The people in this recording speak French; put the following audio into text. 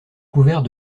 couverts